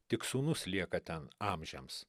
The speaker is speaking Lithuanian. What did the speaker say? tik sūnus lieka ten amžiams